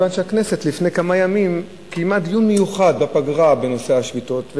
מכיוון שהכנסת לפני כמה ימים קיימה דיון מיוחד בפגרה בנושא השביתות,